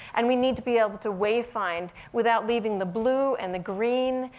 and we need to be able to wayfind, without leaving the blue, and the green,